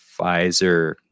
Pfizer